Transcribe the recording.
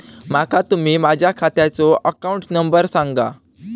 माका तुम्ही माझ्या खात्याचो अकाउंट नंबर सांगा?